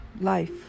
life